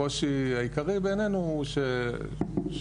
הקושי העיקרי בעיננו הוא שכמובן,